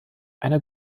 einer